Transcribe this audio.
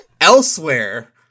Elsewhere